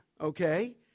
okay